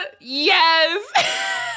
Yes